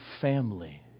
family